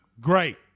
great